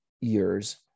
years